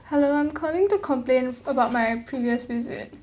hello I'm calling to complain about my previous visit